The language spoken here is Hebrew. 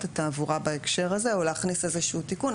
התעבורה בהקשר הזה או להכניס איזה שהוא תיקון.